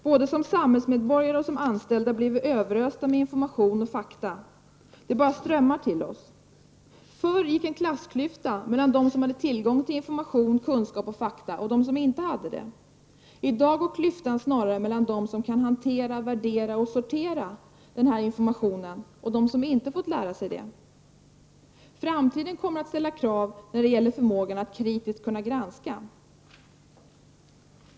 Både som samhällsmedborgare och som anställda blir vi Överösta med information och fakta, det bara strömmar till oss. Förr gick en klassklyfta mellan dem som hade tillgång till information, kunskap och fakta och dem som inte hade det. I dag går klyftan snarare mellan dem som kan hantera, värdera och sortera denna information och dem som inte fått lära sig det. Framtiden kommer att ställa krav när det gäller förmågan att granska kritiskt.